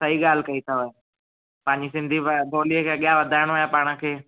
सई ॻाल्हि कई अथव पंहिंजी सिंधी ॿ बोलीअ खे अॻियां वधाइणो आहे पाण खे